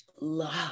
love